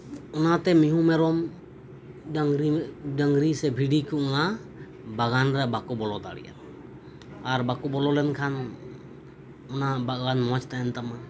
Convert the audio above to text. ᱚᱱᱟᱛᱮ ᱢᱤᱦᱩ ᱢᱮᱨᱚᱢ ᱰᱟᱝᱨᱤ ᱰᱟᱝᱨᱤ ᱥᱮ ᱵᱷᱤᱰᱤ ᱠᱚ ᱱᱚᱶᱟ ᱵᱟᱜᱟᱱ ᱨᱮ ᱵᱟᱠᱚ ᱵᱚᱞᱚ ᱫᱟᱲᱮᱭᱟᱜᱼᱟ ᱟᱨ ᱵᱟᱠᱚ ᱵᱚᱞᱚ ᱞᱮᱱ ᱠᱷᱟᱱ ᱚᱱᱟ ᱵᱟᱜᱟᱱ ᱢᱚᱸᱡᱽ ᱛᱟᱦᱮᱱ ᱛᱟᱢᱟ